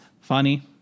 Funny